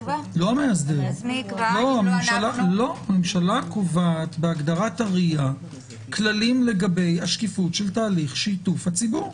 הממשלה קובעת בהגדרת הרי"ע כללים לגבי השקיפות של תהליך שיתוף הציבור.